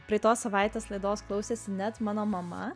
praeitos savaitės laidos klausėsi net mano mama